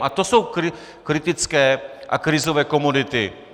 A to jsou kritické a krizové komodity.